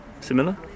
similar